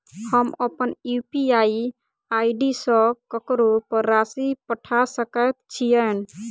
हम अप्पन UPI ID सँ ककरो पर राशि पठा सकैत छीयैन?